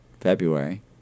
February